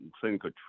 clinical